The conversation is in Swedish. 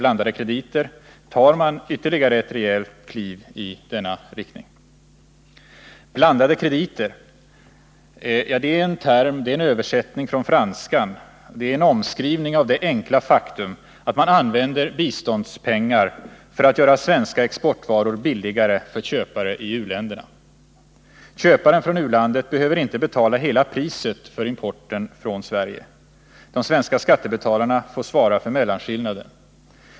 blandade krediter tar man ytterligare ett rejält kliv i denna riktning. ”Blandade krediter” är en översättning från franskan, och det är en omskrivning av det enkla faktum att man använder biståndspengar för att göra svenska exportvaror billigare för köpare i u-länderna. Köparen från u-landet behöver inte betala hela priset för importen från Sverige. De svenska skattebetalarna får svara för mellanskillnaden.